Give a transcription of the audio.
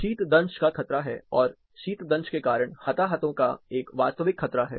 शीतदंश का खतरा है और शीतदंश के कारण हताहतों का एक वास्तविक खतरा है